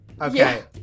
Okay